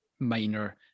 minor